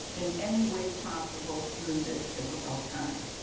in any way possible through this difficult time.